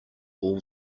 all